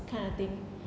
kind of thing